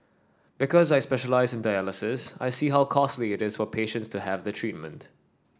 because I specialise in dialysis I see how costly it is for patients to have the treatment